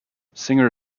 singer